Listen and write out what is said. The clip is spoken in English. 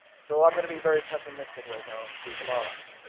so i'm gonna be very pessimistic right now. we've lost.